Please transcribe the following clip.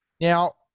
Now